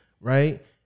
right